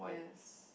yes